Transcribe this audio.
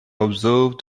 observe